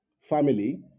family